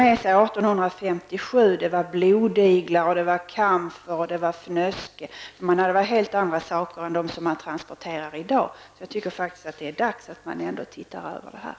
1857 hade fartygen med sig blodiglar, kamfer och fnöske, helt andra saker än som transporteras i dag. Jag tycker faktiskt att det är dags att titta över det här.